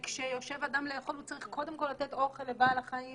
וכשיושב אדם לאכול הוא צריך קודם כל לתת אוכל לבעל החיים